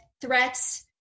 threats